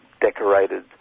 decorated